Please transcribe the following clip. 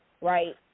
right